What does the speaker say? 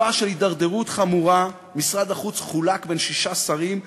בתקופה של הידרדרות חמורה משרד החוץ חולק בין שישה שרים,